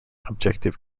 objective